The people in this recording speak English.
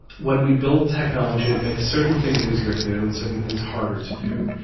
when we build technology it makes certain things easier to do and certain things harder to do.